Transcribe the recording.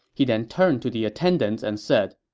he then turned to the attendants and said,